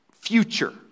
future